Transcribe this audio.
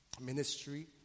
ministry